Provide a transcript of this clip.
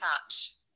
touch